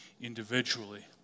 individually